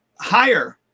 higher